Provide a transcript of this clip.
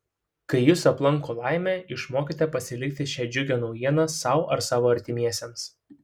kai jus aplanko laimė išmokite pasilikti šią džiugią naujieną sau ar savo artimiesiems